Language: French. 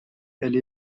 elle